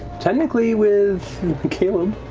technically with caleb.